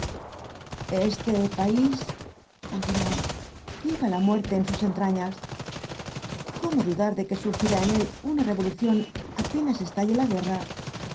este país continuó lleva la muerte en sus entrañas cómo dudar de que surgirá en él una revolución apenas estalle la guerra